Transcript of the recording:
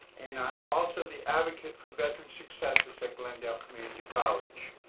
and i'm also the advocate for veteran successes at glendale community college.